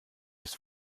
ist